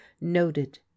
noted